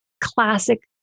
classic